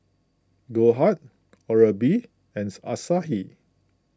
Goldheart Oral B and Asahi